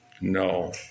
No